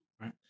Right